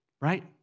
Right